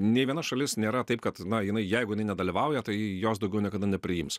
nei viena šalis nėra taip kad na jinai jeigu jinai nedalyvauja tai jos daugiau niekada nepriims